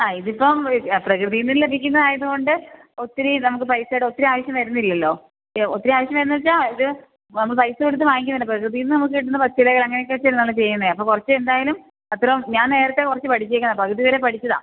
അ ഇതിപ്പം പ്രകൃതിയിൽ നിന്ന് ലഭിക്കുന്നതായതു കൊണ്ട് ഒത്തിരി നമുക്ക് പൈസയുടെ ഒത്തിരി ആവശ്യം വരുന്നില്ലല്ലോ ഒത്തിരി ആവശ്യം വരുന്നത് എന്ന് വെച്ചാൽ ഇത് നമ്മൾ പൈസ കൊടുത്തു വാങ്ങിക്കുന്നതല്ല പ്രകൃതിയിൽ നിന്ന് നമുക്ക് കിട്ടുന്ന പച്ചിലകൾ അങ്ങനെയൊക്കെയല്ലേ ചെയ്യുന്നത് അപ്പോൾ കുറച്ച് എന്തായാലും അത്ര ഞാൻ നേരത്തെ കുറച്ചു പഠിച്ചേക്കുന്നത് പകുതി വരെ പഠിച്ചതാണ്